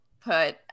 put